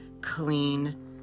clean